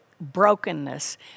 brokenness